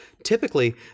Typically